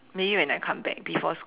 maybe when I come back before sc~